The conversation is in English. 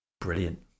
brilliant